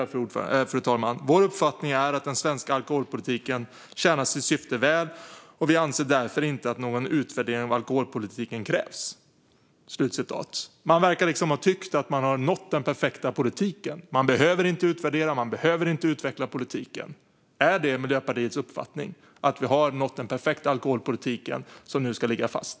Jag läser ur reservationen: "Vår uppfattning är att den svenska alkoholpolitiken tjänar sitt syfte väl, och vi anser därför inte att någon utvärdering av alkoholpolitiken krävs." Man verkar liksom ha tyckt att man har nått den perfekta politiken. Man behöver inte utvärdera, och man behöver inte utveckla politiken. Är det Miljöpartiets uppfattning att vi har nått den perfekta alkoholpolitiken, som nu ska ligga fast?